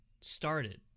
started